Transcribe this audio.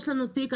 יש לנו תיק,